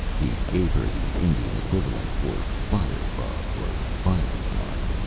he gave her the indian equivalent for firebug, or fire-fly.